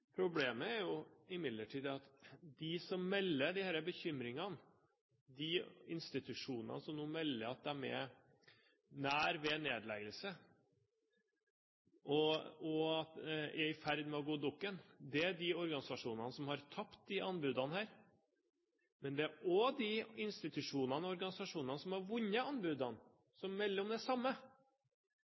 Problemet er imidlertid at de som melder disse bekymringene, de institusjonene som nå melder at de er nær ved nedleggelse og er i ferd med å gå dukken, er de organisasjonene som har tapt disse anbudene. Men de institusjonene og organisasjonene som har vunnet anbudene, melder om det samme.